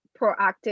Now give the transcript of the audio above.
proactive